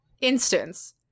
instance